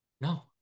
no